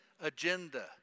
agenda